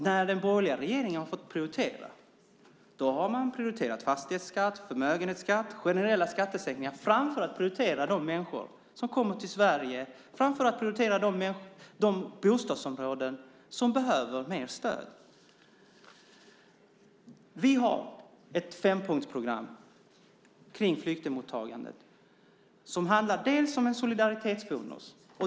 När den borgerliga regeringen har fått prioritera har man prioriterat fastighetsskatt, förmögenhetsskatt och generella skattesänkningar framför att prioritera de människor som kommer till Sverige och framför att prioritera de bostadsområden som behöver mer stöd. Vi har ett fempunktsprogram för flyktingmottagandet. Det handlar om en solidaritetsbonus.